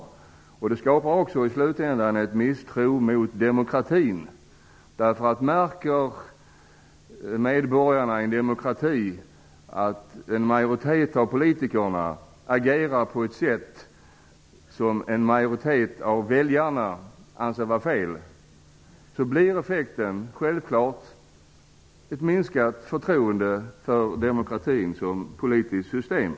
I slutändan skapar det en misstro mot demokratin; om medborgarna i en demokrati märker att större delen av politikerna agerar på ett sätt som majoriteten av väljarna anser vara fel, blir effekten självfallet ett minskat förtroende för demokratin som politiskt system.